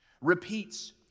repeats